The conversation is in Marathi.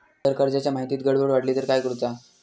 जर कर्जाच्या माहितीत गडबड वाटली तर काय करुचा?